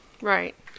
Right